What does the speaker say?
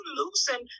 loosen